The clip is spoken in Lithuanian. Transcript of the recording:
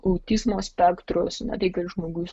autizmo spektrus ne tai kadr žmogus